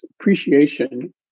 appreciation